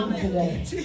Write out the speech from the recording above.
today